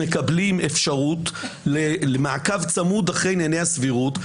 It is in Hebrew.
מקבלים אפשרות למעקב צמוד אחרי ענייני הסבירות.